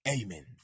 Amen